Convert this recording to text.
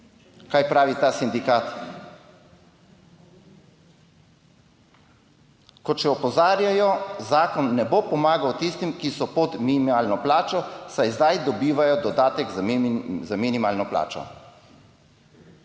kaj pravi ta sindikat: "Kot še opozarjajo, zakon ne bo pomagal tistim, ki so pod minimalno plačo, saj zdaj dobivajo dodatek za minimalno plačo."